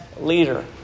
leader